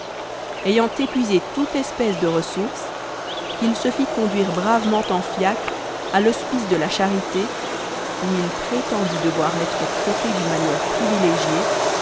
ayant épuisé toute espèce de ressources il se fit conduire bravement en fiacre à l'hospice de la charité où il prétendit devoir être traité d'une manière privilégiée